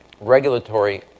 regulatory